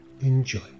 enjoy